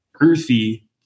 earthy